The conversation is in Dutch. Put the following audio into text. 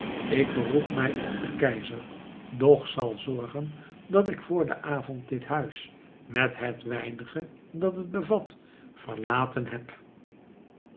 ik beroep mij op den keizer doch zal zorgen dat ik vr den avond dit huis met het weinige dat het bevat verlaten heb